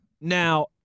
now-